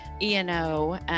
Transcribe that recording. eno